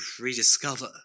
rediscover